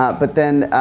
ah but then,